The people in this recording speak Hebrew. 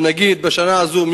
שנגיד: בשנה הזאת,